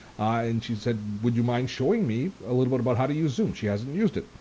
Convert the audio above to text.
and she said would you mind showing me a little bit about how to use zoom? she hasn't used it.